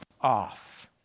off